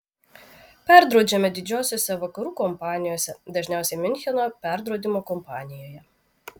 perdraudžiame didžiosiose vakarų kompanijose dažniausiai miuncheno perdraudimo kompanijoje